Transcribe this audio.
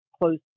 close